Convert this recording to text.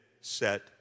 set